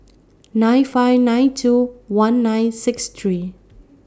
nine five nine two one nine six three